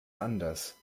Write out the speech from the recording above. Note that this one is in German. anders